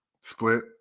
split